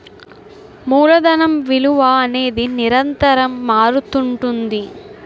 మూలధనం విలువ అనేది నిరంతరం మారుతుంటుంది